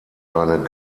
eine